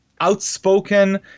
outspoken